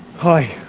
hi.